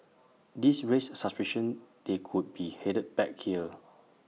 this raised suspicion they could be headed back here